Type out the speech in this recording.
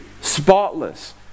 spotless